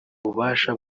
ububasha